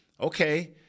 Okay